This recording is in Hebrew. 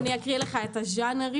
הם גאונים.